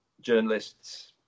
journalists